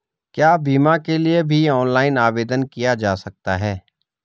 क्या बीमा के लिए भी ऑनलाइन आवेदन किया जा सकता है?